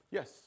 Yes